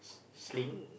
sling